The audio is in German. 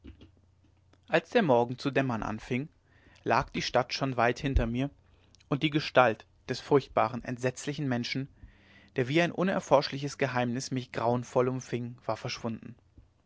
als der morgen zu dämmern anfing lag die stadt schon weit hinter mir und die gestalt des furchtbaren entsetzlichen menschen der wie ein unerforschliches geheimnis mich grauenvoll umfing war verschwunden